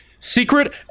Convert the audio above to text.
Secret